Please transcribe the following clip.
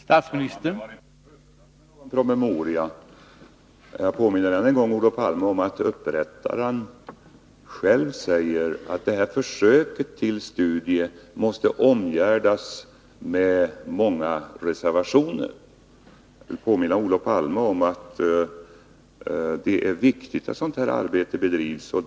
Herr talman! Det har inte smusslats med någon promemoria. Jag påminner än en gång Olof Palme om att upprättaren själv säger att försöket till studier måste omgärdas med många reservationer. Jag vill påminna Olof Palme om att det är viktigt att sådant arbete bedrivs.